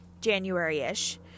January-ish